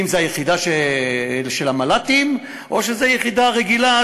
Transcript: אם זו היחידה של המל"טים או שזו יחידה רגילה,